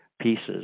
pieces